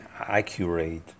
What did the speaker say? accurate